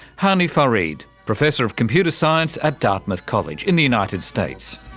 hany farid, professor of computer science at dartmouth college in the united states.